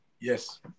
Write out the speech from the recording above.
Yes